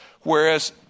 Whereas